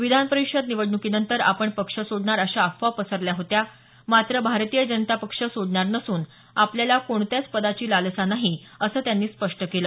विधान परिषद निवडणुकीनंतर आपण पक्ष सोडणार अशा अफवा पसरल्या होत्या मात्र भारतीय जनता पक्ष सोडणार नसून आपल्याला कोणत्याच पदाची लालसा नाही असं त्यांनी स्पष्ट केलं